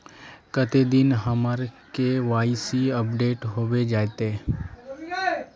कते दिन में हमर के.वाई.सी अपडेट होबे जयते?